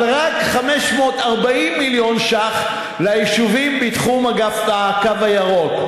אבל רק 540 מיליון ש"ח ליישובים בתחום הקו הירוק.